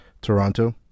Toronto